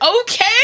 Okay